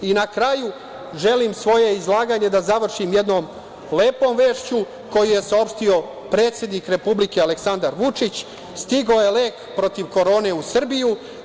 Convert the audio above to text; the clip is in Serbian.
Na kraju, želim svoje izlaganje da završim jednom lepom vešću koju je saopštio predsednik Republike Aleksandar Vučić, stigao je lek protiv korone u Srbiju.